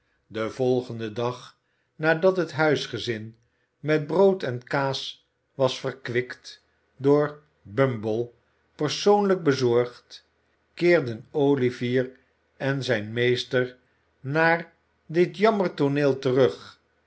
den volgenden dag nadat het huisgezin met brood en kaas was verkwikt door bumble persoonlijk bezorgd keerden olivier en zijn meester naar dit jammertooneel terug